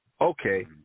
Okay